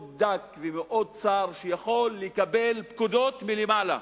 דק ומאוד צר שיכול לקבל פקודות מלמעלה.